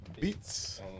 beats